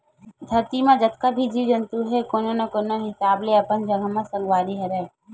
धरती म जतका भी जीव जंतु हे कोनो न कोनो हिसाब ले अपन जघा म संगवारी हरय